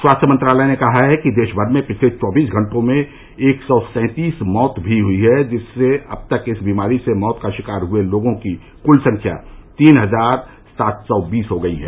स्वास्थ्य मंत्रालय ने कहा है कि देश भर में पिछले चौबीस घंटों में एक सौ सैंतीस मौत भी हुई हैं जिससे अब तक इस महामारी से मौत का शिकार हुए लोगों की कुल संख्या तीन हजार सात सौ बीस हो गई है